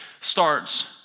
starts